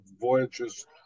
voyages